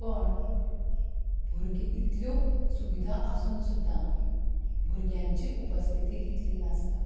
पूण भुरगीं इतल्यो सुविधा आसून सुद्दां भुरग्यांची उपस्थिती तितली नासता